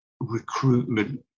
recruitment